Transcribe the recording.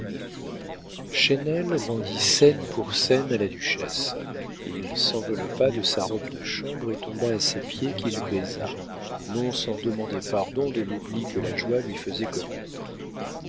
chesnel rendit scène pour scène à la duchesse il s'enveloppa de sa robe de chambre et tomba à ses pieds qu'il baisa non sans demander pardon de l'oubli que la joie lui faisait commettre